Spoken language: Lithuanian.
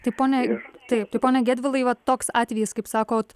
tai pone taip tai pone gedvilai va toks atvejis kaip sakot